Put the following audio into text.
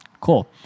Cool